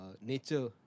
nature